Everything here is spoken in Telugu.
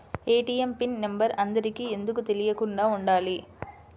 ఏ.టీ.ఎం పిన్ నెంబర్ అందరికి ఎందుకు తెలియకుండా ఉండాలి?